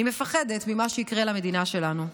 אני מפחדת ממה שיקרה למדינה שלנו,